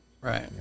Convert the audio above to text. Right